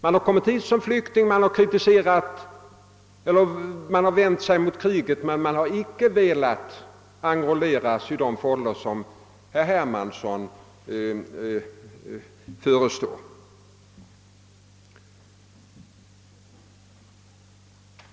De har vänt sig mot kriget och kommit hit som flyktingar men har icke velat enrolleras i herr Hermanssons fållor.